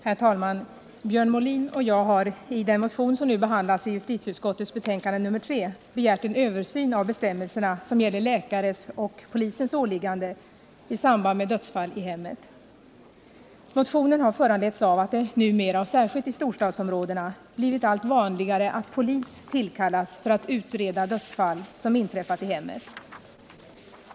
Herr talman! Björn Molin och jag har i den motion som behandlas i justitieutskottets betänkande nr 3 begärt en översyn av bestämmelserna som gäller läkares och polismäns åliggande i samband med dödsfall i hemmet. Motionen har föranletts av att det numera — och särskilt i storstadsområdena — blivit allt vanligare att polis tillkallas för att utreda dödsfall som inträffat i hemmet.